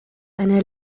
eine